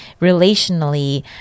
relationally